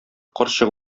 карчык